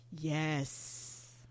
Yes